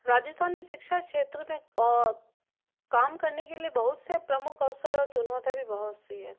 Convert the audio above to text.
राजस्थान में शिक्षा क्षेत्र में काम करने के लिए बहुत से प्रमुख अवसर और चुनौतायाँ भी बहुत सी है